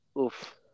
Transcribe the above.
Oof